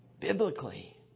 biblically